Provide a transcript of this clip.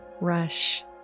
rush